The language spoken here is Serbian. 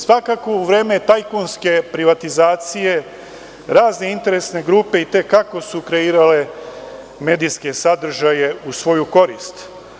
Sakako, u vreme tajkunske privatizacije razne interesne grupe i te kako su kreirale medijske sadržaje u svoju korist.